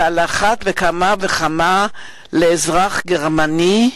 ועל אחת כמה וכמה לאזרח גרמני,